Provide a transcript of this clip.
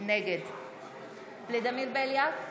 נגד ולדימיר בליאק,